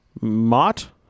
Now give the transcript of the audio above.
Mott